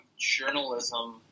journalism